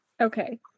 Okay